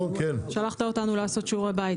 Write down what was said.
שלחת אותנו לעשות שיעורי בית.